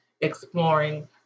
exploring